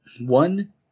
One